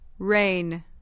Rain